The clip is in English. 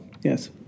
Yes